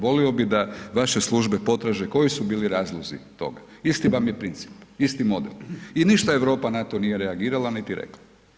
Volio bi da vaše službe potraže koji su bili razlozi toga, isti vam je princip, isti model i ništa Europa na to nije reagirala, niti rekla.